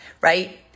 right